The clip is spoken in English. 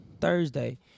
Thursday